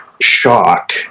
shock